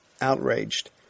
Outraged